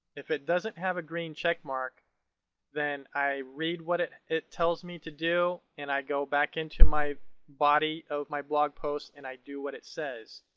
if it doesn't have a green check mark then i read what it it tells me to do and i go back into my body of my blog post and i do what it says.